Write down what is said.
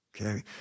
Okay